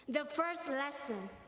the first lesson,